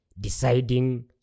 deciding